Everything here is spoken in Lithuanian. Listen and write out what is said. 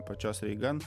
pačios reigan